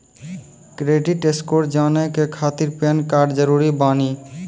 Credit score जाने के खातिर पैन कार्ड जरूरी बानी?